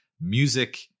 music